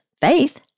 faith